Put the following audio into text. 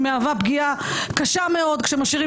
היא מהווה פגיעה קשה מאוד כשמשאירים